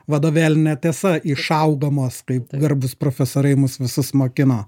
vadovėlinė tiesa išaugamos taip garbūs profesoriai mus visus mokino